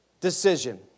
decision